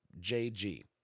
JG